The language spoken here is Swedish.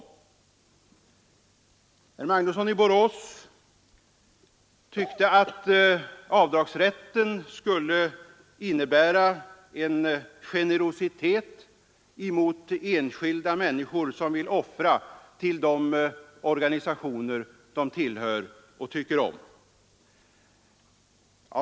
Herr Magnusson i Borås tyckte att avdragsrätten skulle innebära en generositet mot enskilda människor som vill offra till de organisationer som de tillhör och tycker om.